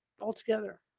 altogether